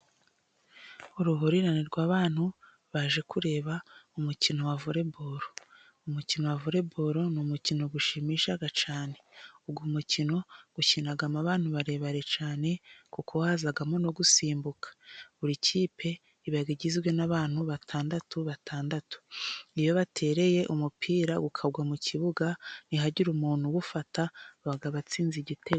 Uruhurirane rw'abantu baje kureba umukino wa volebolo. Umukino wa volebolo ni umukino ushimisha cyane, uwo ulmukino ukinwa n'abantu barebare cyane ,kuko hazamo no gusimbuka, buri kipe iba igizwe n'abantu batandatu batandatu, iyo batereye umupira ukagwa mu kibuga ntihagira umuntu uwubufata, aba atsinze igitego.